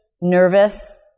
nervous